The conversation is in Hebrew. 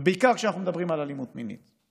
ובעיקר כשאנחנו מדברים על אלימות מינית.